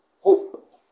Hope